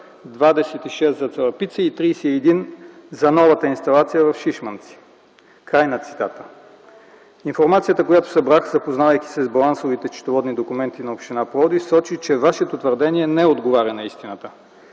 26 за Цалапица и 31 – за новата инсталация в Шишманци”. Информацията, която събрах, запознавайки се с балансовите счетоводни документи на община Пловдив, сочи, че Вашето твърдение не отговаря на истината.